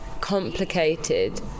complicated